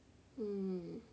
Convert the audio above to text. mm